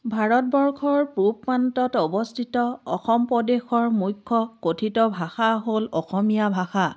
ভাৰতবৰ্ষৰ পূব প্ৰান্তত অৱস্থিত অসম প্ৰদেশৰ মুখ্য কঠিত ভাষা হ'ল অসমীয়া ভাষা